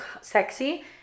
sexy